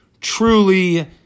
truly